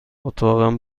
اتاقم